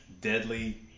deadly